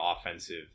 offensive